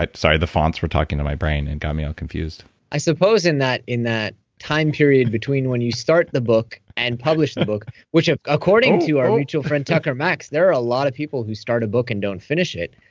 sorry, the fonts were talking to my brain and got me all confused i suppose in that in that time period between when you start the book and publish the book, which ah according to our mutual friend, tucker max, there are a lot of people who start a book and don't finish it.